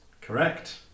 Correct